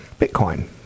Bitcoin